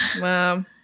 Wow